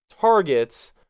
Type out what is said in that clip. targets